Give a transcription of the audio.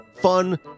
fun